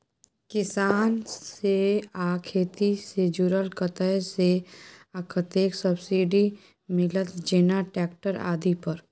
किसान से आ खेती से जुरल कतय से आ कतेक सबसिडी मिलत, जेना ट्रैक्टर आदि पर?